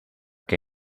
que